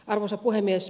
arvoisa puhemies